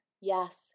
yes